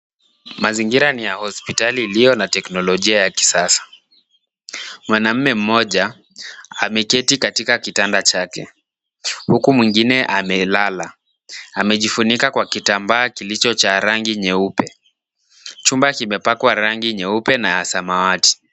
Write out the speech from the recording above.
Mazingira ya hospitali iliyo na teknolojia ya kisasa. Mwanaume mmoja ameketi katika kitanda chake huku mwingine amelala. Amejifunika kitambaa kilicho cha rangi nyeupe. Chumba kimepakwa rangi nyeupe na ya samawati.